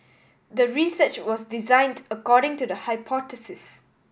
the research was designed according to the hypothesis